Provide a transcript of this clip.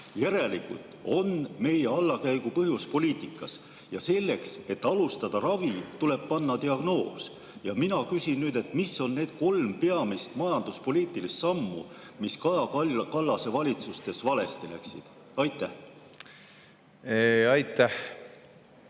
Järelikult on meie allakäigu põhjus poliitikas. Selleks, et alustada ravi, tuleb panna diagnoos. Ja mina küsin: mis olid need kolm peamist majanduspoliitilist sammu, mis Kaja Kallase valitsustes valesti läksid? Aitäh! Mina